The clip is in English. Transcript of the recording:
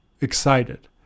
excited